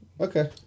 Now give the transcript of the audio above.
Okay